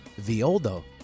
Violdo